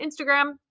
Instagram